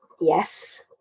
yes